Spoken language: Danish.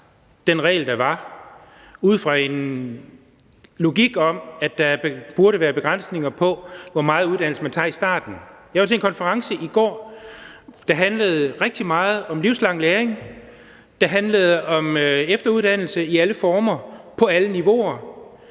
den regel, der var, ud fra en logik om, at der burde være begrænsninger på, hvor meget uddannelse man tager i starten. Jeg var til en konference i går, der handlede rigtig meget om livslang læring, der handlede om efteruddannelse i alle former på alle niveauer,